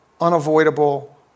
unavoidable